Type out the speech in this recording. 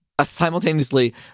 simultaneously